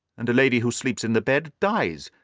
and a lady who sleeps in the bed dies.